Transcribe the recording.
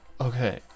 Okay